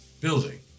building